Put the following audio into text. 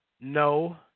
no